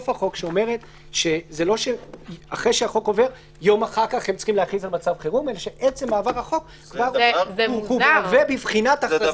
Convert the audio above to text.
שאומרת שעצם מעבר החוק בקריאה השלישית מהווה בבחינת הכרזה על מצב חירום.